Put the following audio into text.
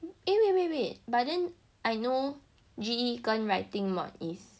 eh wait wait wait but then I know G_E 跟 writing module is